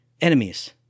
enemies